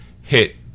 hit